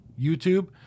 YouTube